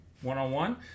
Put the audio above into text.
one-on-one